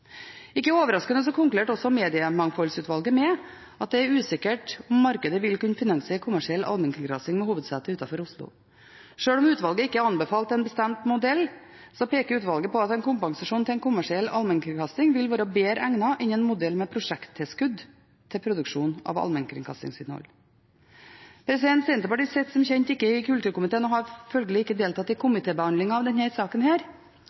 Ikke overraskende konkluderte også Mediemangfoldsutvalget med at det er usikkert om markedet vil kunne finansiere kommersiell allmennkringkasting med hovedsete utenfor Oslo. Sjøl om utvalget ikke anbefalte en bestemt modell, peker utvalget på at en kompensasjon til kommersiell allmennkringkasting vil være bedre egnet enn en modell med prosjekttilskudd til produksjon av allmennkringkastingsinnhold. Senterpartiet sitter som kjent ikke i kulturkomiteen og har følgelig ikke deltatt i komitébehandling av denne saken,